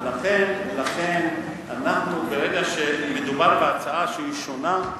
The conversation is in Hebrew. לכן אנחנו, ברגע שמדובר בהצעה שהיא שונה,